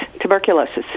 tuberculosis